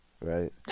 Right